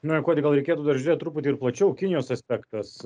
na gal reikėtų dar žiūrėt truputį ir plačiau kinijos aspektas